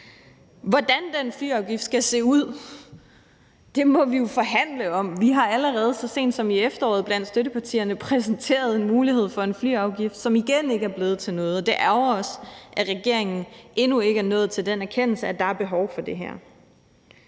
Hvordan den flyafgift skal se ud, må vi jo forhandle om. Vi har allerede så sent som i efteråret blandt støttepartierne præsenteret en mulighed for en flyafgift, som igen ikke er blevet til noget, og det ærgrer os, at regeringen endnu ikke er nået til den erkendelse, at der er behov for det her.